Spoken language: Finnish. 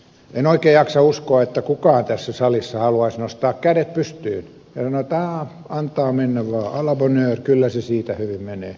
en oikein jaksa uskoa että kukaan tässä salissa haluaisi nostaa kädet pystyyn ja sanoa antaa mennä vaan a la bonne heure kyllä se siitä hyvin menee